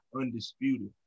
Undisputed